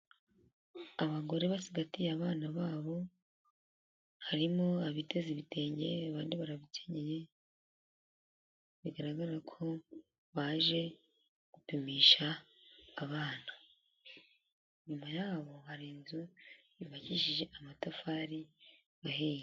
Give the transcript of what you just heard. Abagore basigatiye abana babo harimo abateze ibitenge bari barabikenyeye bigaragara ko baje gupimisha abana. Inyuma yabo hari inzu yubakishije amatafari ahiye.